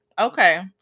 Okay